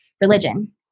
religion